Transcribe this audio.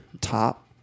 top